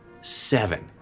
seven